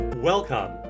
Welcome